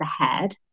ahead